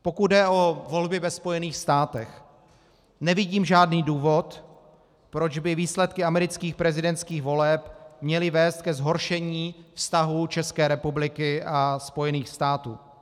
Pokud jde o volby ve Spojených státech, nevidím žádný důvod, proč by výsledky amerických prezidentských voleb měly vést ke zhoršení vztahů České republiky a Spojených států.